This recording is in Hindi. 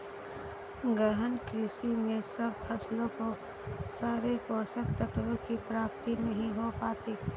गहन कृषि में सब फसलों को सारे पोषक तत्वों की प्राप्ति नहीं हो पाती